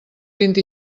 vint